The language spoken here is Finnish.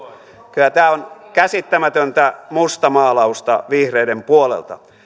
kyllä tämä on käsittämätöntä mustamaalausta vihreiden puolelta